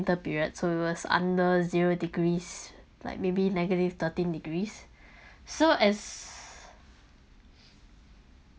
period so we were under zero degrees like maybe negative thirteen degrees so as